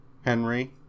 henry